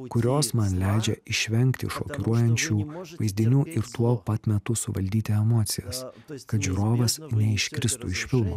kurios man leidžia išvengti šokiruojančių vaizdinių ir tuo pat metu suvaldyti emocijas kad žiūrovas neiškristų iš filmo